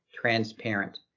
transparent